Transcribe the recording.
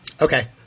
Okay